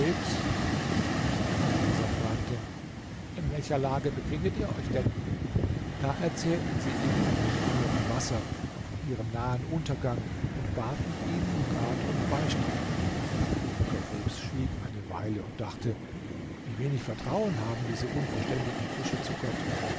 dieser fragte in welcher lage befindet ihr euch denn da erzählten sie ihm von dem mangel an wasser und von ihrem nahen untergang und baten ihn um rat und beistand der krebs schwieg eine weile und dachte wie wenig vertrauen haben diese unverständigen fische zu gott